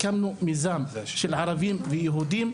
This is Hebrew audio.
הקמנו מיזם של יהודים וערבים,